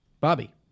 Bobby